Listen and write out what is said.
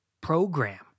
program